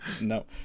no